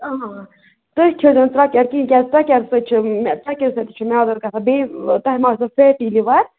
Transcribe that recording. آ تُہۍ کھیزیو نہٕ ژۄکٮ۪ر کِہیٖنۍ کیٛازِ ژۄکٮ۪ر سۭتۍ چھِ مےٚ ژۄکٮ۪ر سۭتۍ تہِ چھِ میٛادَس گژھان بیٚیہِ تۄہہِ ما آسیو فیٹی لِوَر